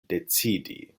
decidi